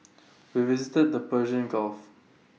we visited the Persian gulf